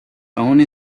only